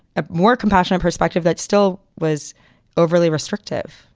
a more compassionate perspective that still was overly restrictive